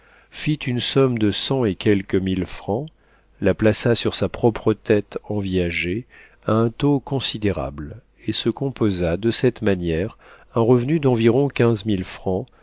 fit une somme de cent et quelques mille francs la plaça sur sa propre tête en viager à un taux considérable et se composa de cette manière un revenu d'environ quinze mille francs